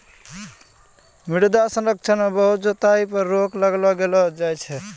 मृदा संरक्षण मे बहुत जुताई पर रोक लगैलो जाय छै